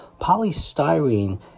Polystyrene